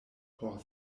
por